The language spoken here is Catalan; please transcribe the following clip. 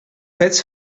fets